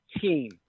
team